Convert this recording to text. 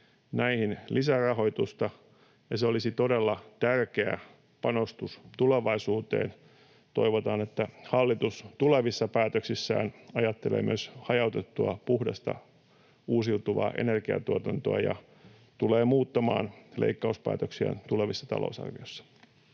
näihin lisärahoitusta, ja se olisi todella tärkeä panostus tulevaisuuteen. Toivotaan, että hallitus tulevissa päätöksissään ajattelee myös hajautettua, puhdasta, uusiutuvaa energiantuotantoa ja tulee muuttamaan leikkauspäätöksiään tulevissa talousarvioissa.